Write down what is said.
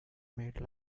made